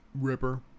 Ripper